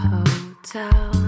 Hotel